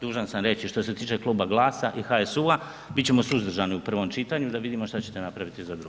Dužan sam reći što se tiče Kluba GLASA i HSU-a bit ćemo suzdržani u prvom čitanju da vidimo šta ćete napraviti za drugo.